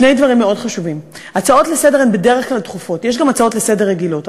שני דברים מאוד חשובים: הצעות לסדר-היום הן בדרך כלל דחופות.